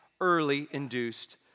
early-induced